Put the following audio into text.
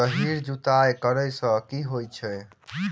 गहिर जुताई करैय सँ की होइ छै?